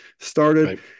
Started